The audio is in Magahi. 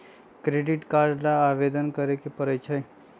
क्रेडिट कार्ड ला आवेदन करे के परई छई